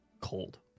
cold